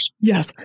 yes